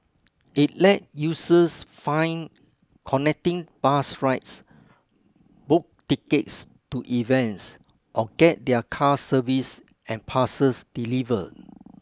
it let users find connecting bus rides book tickets to events or get their cars serviced and parcels delivered